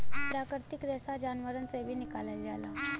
प्राकृतिक रेसा जानवरन से भी निकालल जाला